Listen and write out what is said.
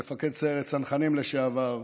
מפקד סיירת צנחנים לשעבר,